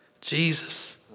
Jesus